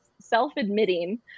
self-admitting